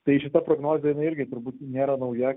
tai šita prognozė jinai irgi turbūt nėra nauja